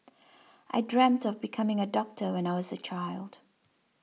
I dreamt of becoming a doctor when I was a child